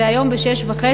זה היום ב-18:30.